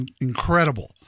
incredible